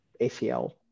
ACL